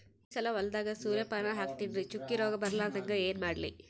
ಈ ಸಲ ಹೊಲದಾಗ ಸೂರ್ಯಪಾನ ಹಾಕತಿನರಿ, ಚುಕ್ಕಿ ರೋಗ ಬರಲಾರದಂಗ ಏನ ಮಾಡ್ಲಿ?